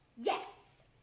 Yes